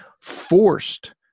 forced